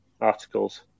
articles